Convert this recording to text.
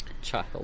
child